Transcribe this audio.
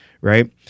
right